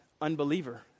unbeliever